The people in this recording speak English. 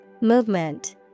Movement